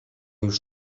już